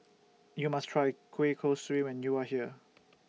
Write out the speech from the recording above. YOU must Try Kueh Kosui when YOU Are here